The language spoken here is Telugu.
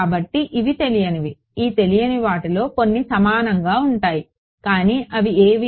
కాబట్టి ఇవి తెలియనివి ఈ తెలియని వాటిలో కొన్ని సమానంగా ఉంటాయి అవి ఏవి